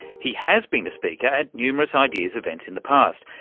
he has been a speaker at numerous ideas events in the past,